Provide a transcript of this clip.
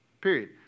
Period